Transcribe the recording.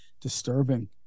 disturbing